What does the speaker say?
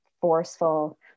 forceful